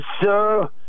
Sir